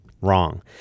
Wrong